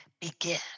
begin